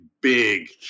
big